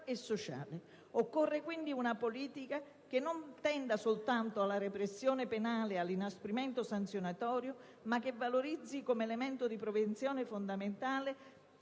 e sociale. Occorre, quindi, una politica che non tenda soltanto alla repressione penale e all'inasprimento sanzionatorio, ma che valorizzi come elemento di prevenzione fondamentale